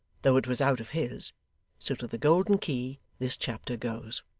though it was out of his so to the golden key this chapter goes.